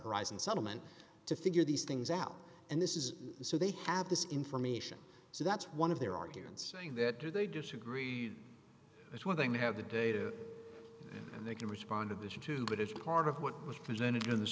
horizon settlement to figure these things out and this is so they have this information so that's one of their arguments being that do they disagree it's one thing to have the data and they can respond to this or two but it's part of what was presented in the